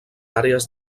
àrees